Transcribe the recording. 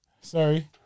Sorry